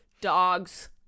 dogs